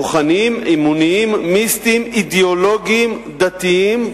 רוחניים, אמוניים, מיסטיים, אידיאולוגיים, דתיים,